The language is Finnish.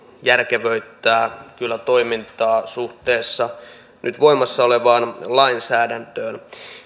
järkevöittää kyllä toimintaa suhteessa voimassa olevaan lainsäädäntöön